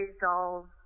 dolls